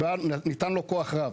ניתן לו כוח רב.